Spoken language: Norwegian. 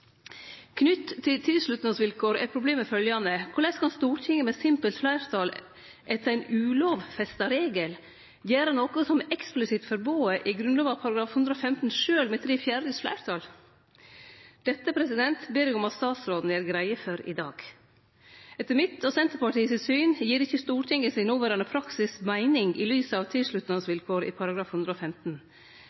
Knytt til tilslutnadsvilkåret er problemet følgjande: Korleis kan Stortinget med simpelt fleirtal etter ein regel som ikkje er lovfesta, gjere noko som er eksplisitt forbode i Grunnlova § 115, sjølv med tre fjerdedels fleirtal? Dette ber eg om at statsråden gjer greie for i dag. Etter mitt og Senterpartiet sitt syn gir ikkje Stortinget sin noverande praksis meining i lys av tilslutnadsvilkåret i § 115.